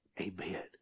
Amen